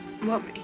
Mommy